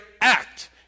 act